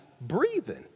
breathing